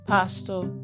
Pastor